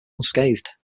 unscathed